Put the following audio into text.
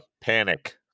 Panic